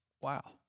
Wow